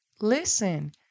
listen